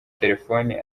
telephone